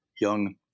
young